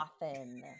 Often